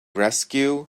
rescue